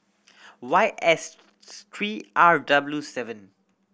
Y S three R W seven